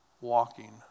walking